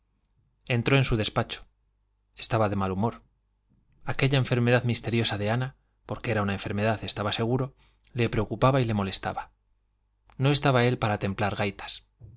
entró en su despacho estaba de mal humor aquella enfermedad misteriosa de ana porque era una enfermedad estaba seguro le preocupaba y le molestaba no estaba él para templar gaitas